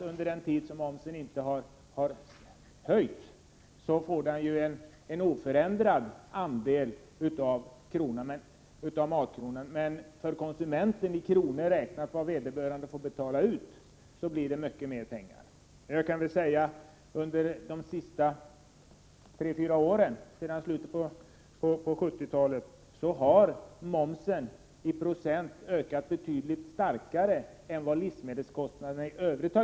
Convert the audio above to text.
Under den tid som momsen inte har höjts får den naturligtvis en oförändrad andel av matkronan. Men i kronor räknat får konsumenten betala ut mycket mer. Under de senaste tre fyra åren, sedan slutet av 1970-talet, har momsen i procent räknat ökat betydligt starkare än livsmedelskostnaderna i övrigt.